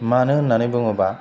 मानो होन्नानै बुङोबा